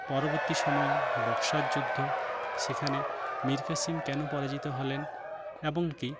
পরবর্তী সময়ের বক্সার যুদ্ধ সেখানে মিরকাশিম কেনো পরাজিত হলেন এবং কী